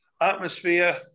atmosphere